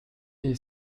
est